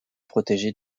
protéger